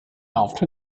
out